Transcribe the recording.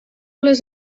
les